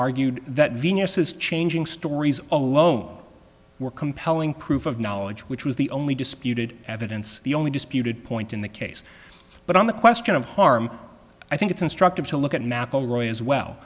argued that venus's changing stories alone were compelling proof of knowledge which was the only disputed evidence the only disputed point in the case but on the question of harm i think it's instructive to look at